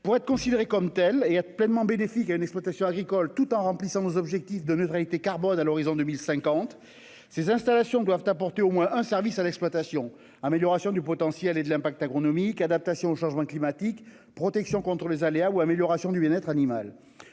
Pour être considérées comme telles et bénéficier pleinement à une exploitation agricole, tout en contribuant à nos objectifs de neutralité carbone à l'horizon 2050, ces installations doivent apporter au moins un service à l'exploitation : amélioration du potentiel et de l'impact agronomique, adaptation au changement climatique, protection contre les aléas, ou amélioration du bien-être animal.